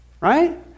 right